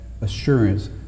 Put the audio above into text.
assurance